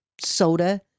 soda